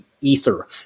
ether